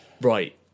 Right